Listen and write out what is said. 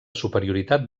superioritat